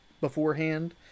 beforehand